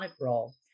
role